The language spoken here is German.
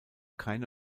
keine